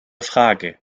frage